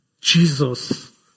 Jesus